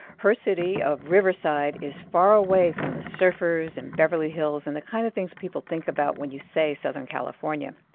her city of riverside is far away from the surfers and beverly hills and the kind of things people think about when you say southern california.